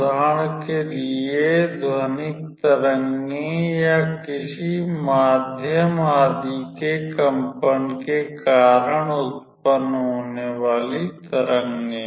उदाहरण के लिए ध्वनिक तरंगें या किसी माध्यम आदि के कंपन के कारण उत्पन्न होने वाली तरंगें